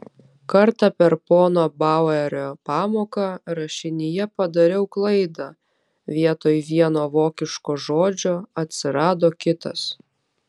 kartą per pono bauerio pamoką rašinyje padariau klaidą vietoj vieno vokiško žodžio atsirado kitas